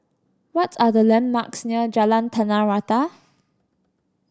what are the landmarks near Jalan Tanah Rata